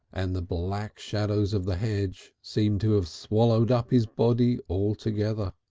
and the black shadows of the hedge seemed to have swallowed up his body altogether.